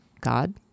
God